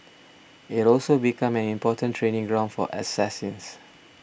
it also become an important training ground for assassins